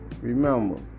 remember